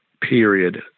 period